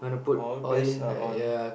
all the best are on